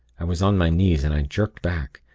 i was on my knees, and i jerked back,